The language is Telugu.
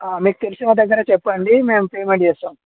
మీకు తెలిసిన వాళ్ల దగ్గర చెప్పండి మేము పేమెంట్ చేస్తాం